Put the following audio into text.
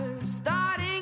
starting